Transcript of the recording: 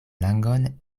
langon